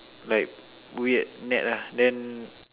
like weird net lah then